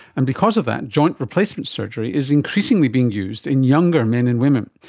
and because of that, joint replacement surgery is increasingly being used in younger men and women.